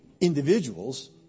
individuals